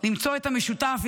למצוא את המשותף,